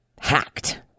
hacked